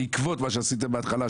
בעקבות מה שעשיתם בהתחלה,